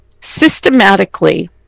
systematically